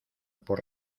por